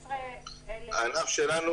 12,000. הענף שלנו